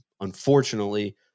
unfortunately